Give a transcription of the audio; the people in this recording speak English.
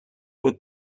were